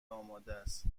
آمادست